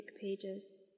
pages